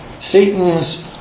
Satan's